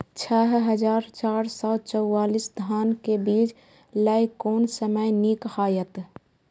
छः हजार चार सौ चव्वालीस धान के बीज लय कोन समय निक हायत?